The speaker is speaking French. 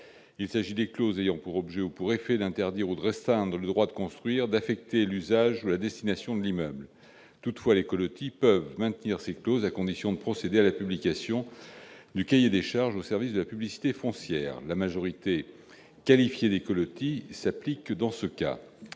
Il s'agit des clauses ayant pour objet ou pour effet d'interdire ou de restreindre le droit de construire, d'affecter l'usage ou la destination de l'immeuble. Toutefois, les colotis peuvent maintenir ces clauses à condition de procéder à la publication du cahier des charges au service de la publicité foncière. La majorité qualifiée des colotis s'applique en ce cas.